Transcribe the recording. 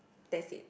that's it